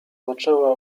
zaczęła